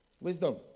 wisdom